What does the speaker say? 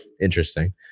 interesting